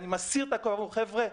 חבר'ה,